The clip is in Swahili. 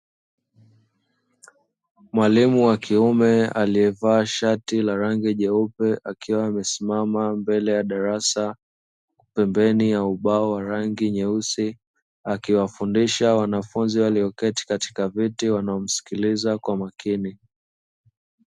Mwalimu wa kiume aliyevaa shati la rangi jeupe akiwa amesimama mbele ya darasa, pembeni ya ubao wa rangi nyeusi akiwafundisha wanafunzi walioketi katika viti wanaomsikiliza kwa makini.